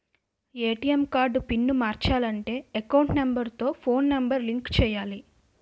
ATM card pin మార్చాలంటే account number తో phone number link చేయాలి